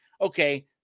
okay